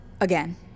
Again